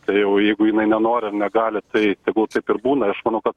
tai jau jeigu jinai nenori ar negali tai tegul taip ir būna aš manau kad